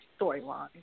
storyline